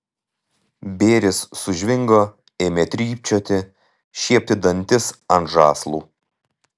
bėris sužvingo ėmė trypčioti šiepti dantis ant žąslų